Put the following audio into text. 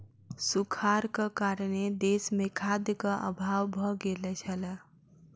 सूखाड़क कारणेँ देस मे खाद्यक अभाव भ गेल छल